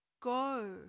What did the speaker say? Go